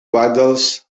waddles